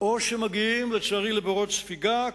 או שמגיעים, לצערי, לבורות ספיגה.